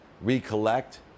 Recollect